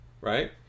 Right